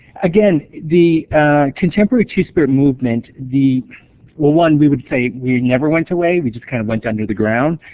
again, the contemporary two-spirit movement, the well, one, we would say we never went away we just kind of went under the ground.